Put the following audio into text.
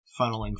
funneling